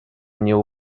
mnie